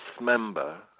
member